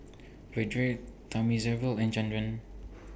Vedre Thamizhavel and Chandra